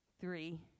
three